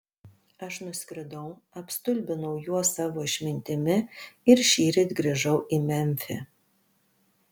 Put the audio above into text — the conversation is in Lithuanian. aš nuskridau apstulbinau juos savo išmintimi ir šįryt grįžau į memfį